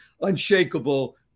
Unshakable